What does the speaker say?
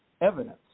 evidence